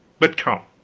but come